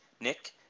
Nick